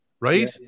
right